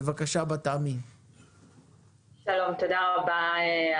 שלום לכולם,